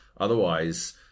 Otherwise